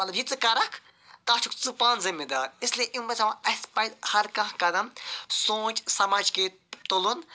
یہِ ژٕ کَرَکھ تتھ چھُکھ ژٕ پانہ ذمہ دار اِسلیے اسہِ پَزِ ہر کانٛہہ قَدَم سونچ سمجھ کے تُلُن